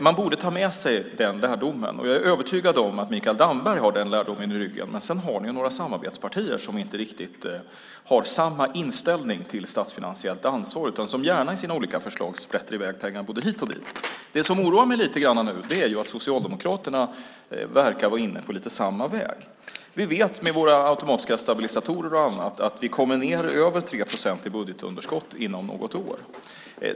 Man borde ta med sig den lärdomen, och jag är övertygad om att Mikael Damberg har den lärdomen i ryggen. Men sedan har ni ett par samarbetspartier som inte riktigt har samma inställning till statsfinansiellt ansvar utan gärna i sina olika förslag sprätter i väg pengar både hit och dit. Det som oroar mig lite grann nu är att Socialdemokraterna verkar vara inne på lite samma väg. Vi vet att vi med våra automatiska stabilisatorer och annat kommer ned till 3 procent i budgetunderskott inom något år.